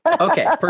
Okay